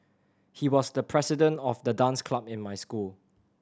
he was the president of the dance club in my school